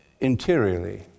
interiorly